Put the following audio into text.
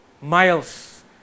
miles